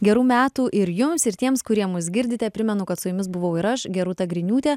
gerų metų ir jums ir tiems kurie mus girdite primenu kad su jumis buvau ir aš gerūta griniūtė